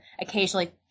occasionally